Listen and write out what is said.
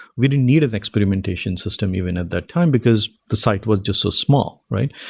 we didn't need an experimentation system even at that time, because the site was just so small, right?